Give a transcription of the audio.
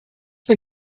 bin